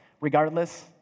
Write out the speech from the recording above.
Regardless